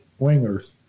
wingers